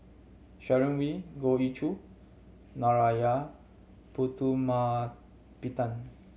Sharon Wee Goh Ee Choo Narana Putumaippittan